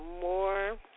more